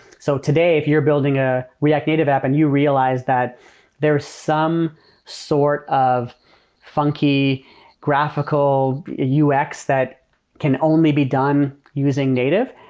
so today, if you're building ah react native app and you realize that there's some sort of funky graphical ux that can only be done using native,